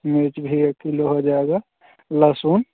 मिर्च भी एक किलो हो जाएगा लहसुन